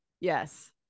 yes